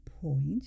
point